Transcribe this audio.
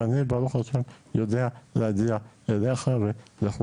אז אני ברוך ה' יודע להגיע אליך ולכולם,